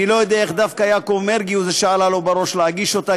אני לא יודע איך דווקא יעקב מרגי הוא שעלה לו בראש להגיש אותה,